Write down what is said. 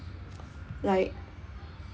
like